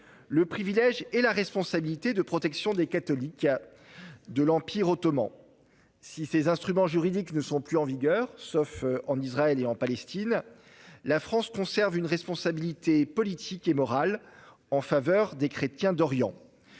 le privilège et la responsabilité de la protection des catholiques de l'Empire ottoman. Si ces instruments juridiques ne sont plus en vigueur, sauf en Israël et en Palestine, la France conserve une responsabilité politique et morale vis-à-vis des chrétiens d'Orient.